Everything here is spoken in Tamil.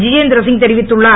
திதேந்திர சிங் தெரிவித்துள்ளார்